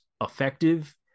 effective